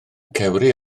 cewri